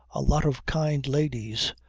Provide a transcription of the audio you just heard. a lot of kind ladies,